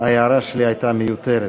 ההערה שלי הייתה מיותרת.